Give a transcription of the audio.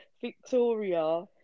Victoria